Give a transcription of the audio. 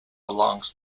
belongs